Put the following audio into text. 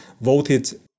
voted